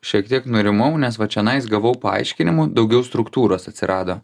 šiek tiek nurimau nes va čionais gavau paaiškinimų daugiau struktūros atsirado